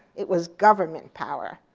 it was government power.